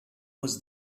was